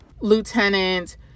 Lieutenant